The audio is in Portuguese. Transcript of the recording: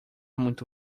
muito